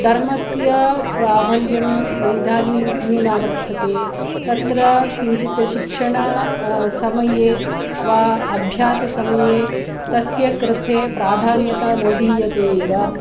धर्मस्य प्राभल्यम् इदानीं न्यूना वर्तते तत्र किञ्चित् शिक्षण समये वा अभ्यासमये तस्य कृते प्राधान्यता न दीयते एव